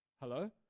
Hello